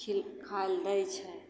खिल खाइ ले दै छै तब